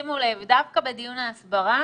שימו לב, דווקא בדיון על הסברה